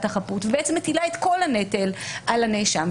החפות ובעצם מטילה את כל הנטל על הנאשם.